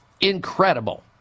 Incredible